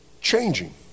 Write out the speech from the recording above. changing